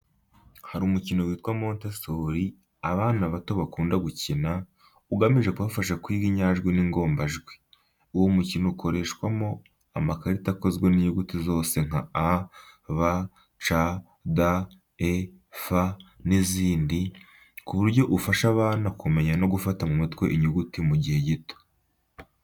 Hari umukino witwa Montessori abana bato bakunda gukina, ugamije kubafasha kwiga inyajwi n’ingombajwi. Uwo mukino ukoreshwamo amakarita akozwe mu nyuguti zose nka a, b, c, d, e, f n’izindi, ku buryo ufasha abana kumenya no gufata mu mutwe inyuguti mu gihe gito.